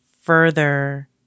further